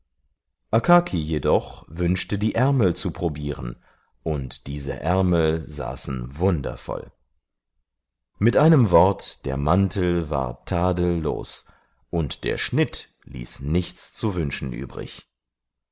jedoch wünschte die ärmel zu probieren und diese ärmel saßen wundervoll mit einem wort der mantel war tadellos und der schnitt ließ nichts zu wünschen übrig